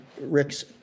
Rick's